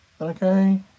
okay